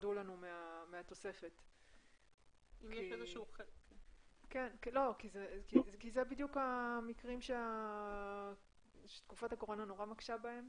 שירדו לנו מהתוספת כי אלה בדיוק המקרים שתקופת הקורונה מאוד מקשה בהם